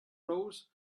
rose